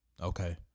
Okay